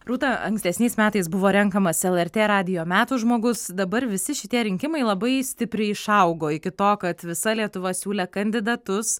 rūta ankstesniais metais buvo renkamas lrt radijo metų žmogus dabar visi šitie rinkimai labai stipriai išaugo iki to kad visa lietuva siūlė kandidatus